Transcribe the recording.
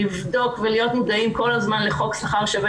לבדוק ולהיות מודעים כל הזמן לחוק שכר שווה